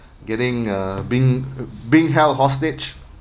getting uh being being held hostage